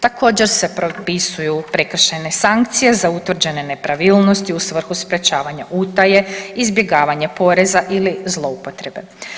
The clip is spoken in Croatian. Također se propisuju prekršajne sankcije za utvrđene nepravilnosti u svrhu sprječavanja utaje, izbjegavanja poreza ili zloupotrebe.